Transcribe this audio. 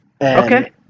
Okay